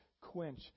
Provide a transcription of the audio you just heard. quench